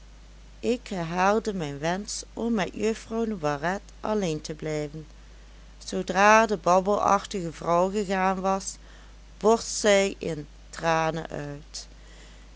ik herhaalde mijn wensch om met juffrouw noiret alleen te blijven zoodra de babbelachtige vrouw gegaan was borst zij in tranen uit